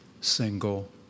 single